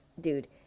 dude